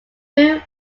viewing